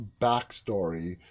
backstory